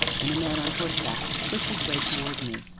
and a man on horseback pushed his way towards me,